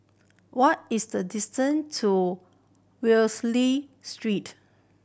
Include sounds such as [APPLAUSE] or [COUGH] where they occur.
what is the distance to [UNINTELLIGIBLE] Street